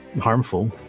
harmful